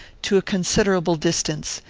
to a considerable distance.